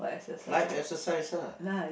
light exercise lah